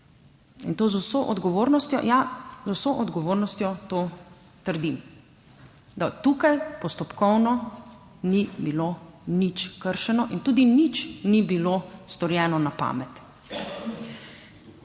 in to z vso odgovornostjo. Ja jaz z vso odgovornostjo to trdim, da tukaj postopkovno ni bilo nič kršeno in tudi nič ni bilo storjeno na pamet.